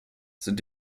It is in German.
sind